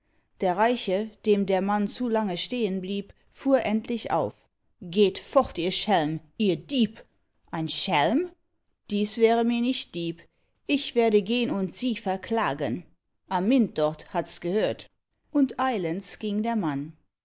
der reiche dem der mann zu lange stehenblieb fuhr endlich auf geht fort ihr schelm ihr dieb ein schelm dies wäre mir nicht lieb ich werde gehn und sie verklagen amynt dort hats gehört und eilends ging der mann